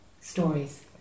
stories